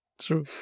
True